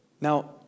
Now